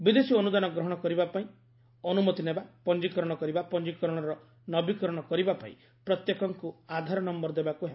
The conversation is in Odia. ବିଦେଶୀ ଅନୁଦାନ ଗ୍ରହଣ କରିବା ପାଇଁ ଅନୁମତି ନେବା ପଞ୍ଜିକରଣ କରିବା ପଞ୍ଜିକରଣର ନବୀକରଣ କରିବା ପାଇଁ ପ୍ରତ୍ୟେକଙ୍କୁ ଆଧାର ନମ୍ଘର ଦେବାକୁ ହେବ